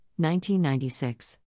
1996